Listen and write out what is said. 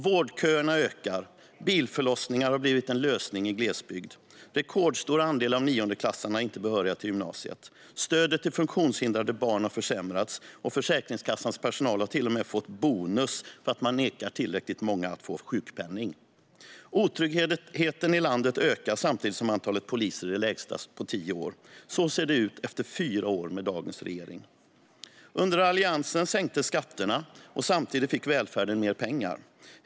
Vårdköerna ökar, och bilförlossningar har blivit en lösning i glesbygd. En rekordstor andel av niondeklassarna är inte behöriga till gymnasiet. Stödet till funktionshindrade barn har försämrats, och Försäkringskassans personal har till och med fått bonus om de nekat tillräckligt många sjukpenning. Otryggheten i landet ökar samtidigt som antalet poliser är det lägsta på tio år. Så ser det ut efter fyra år med dagens regering. Under Alliansen sänktes skatterna, och samtidigt fick välfärden mer pengar.